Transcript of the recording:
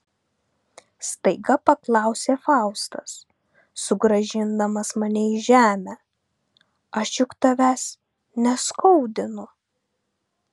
staiga paklausė faustas sugrąžindamas mane į žemę aš juk tavęs neskaudinu